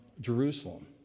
Jerusalem